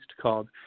called